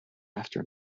after